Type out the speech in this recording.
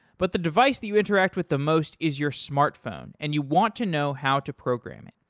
but the device that you interact with the most is your smartphone and you want to know how to program it.